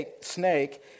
snake